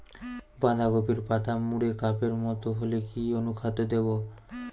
বাঁধাকপির পাতা মুড়ে কাপের মতো হলে কি অনুখাদ্য দেবো?